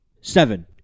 seven